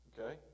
Okay